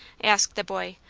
asked the boy,